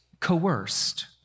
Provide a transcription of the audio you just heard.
coerced